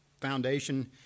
foundation